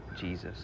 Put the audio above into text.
Jesus